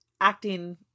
acting